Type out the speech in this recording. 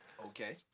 Okay